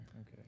Okay